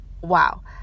wow